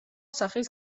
სახის